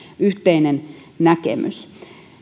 yhteinen näkemys